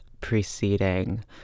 preceding